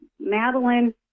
Madeline